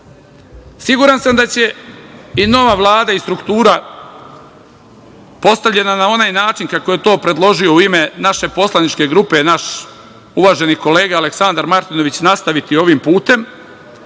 godina. Siguran sam da će i nova Vlada i struktura, postavljena na onaj način kako je to predložio u ime naše poslaničke grupe naš uvaženi kolega Aleksandar Martinović, nastaviti ovim putem